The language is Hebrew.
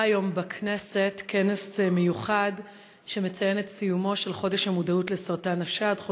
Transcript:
בכנסת כנס מיוחד שמציין את סיומו של חודש המודעות לסרטן השד,